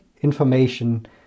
information